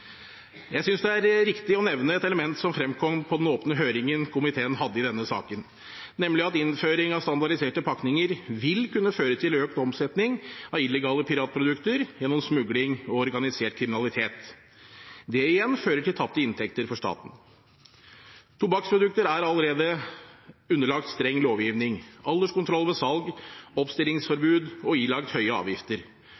Jeg synes det er riktig å nevne et element som fremkom i den åpne høringen komiteen hadde i denne saken, nemlig at innføring av standardiserte pakninger vil kunne føre til økt omsetning av illegale piratprodukter gjennom smugling og organisert kriminalitet. Det igjen fører til tapte inntekter for staten. Tobakksprodukter er allerede underlagt streng lovgivning, alderskontroll ved salg,